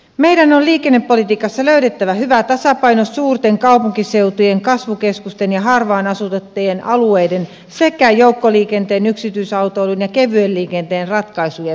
meidän on liikennepolitiikassa löydettävä hyvä tasapaino suurten kaupunkiseutujen kasvukeskusten ja harvaan asutettujen alueiden sekä joukkoliikenteen yksityisautoilun ja kevyen liikenteen ratkaisujen välille